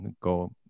go